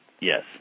Yes